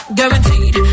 Guaranteed